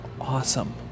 awesome